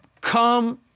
come